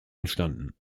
entstanden